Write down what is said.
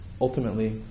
ultimately